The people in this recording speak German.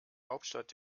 hauptstadt